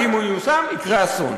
ואם הוא ייושם יקרה אסון.